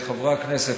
חברי הכנסת,